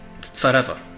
forever